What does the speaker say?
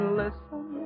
listen